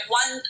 one